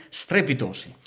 strepitosi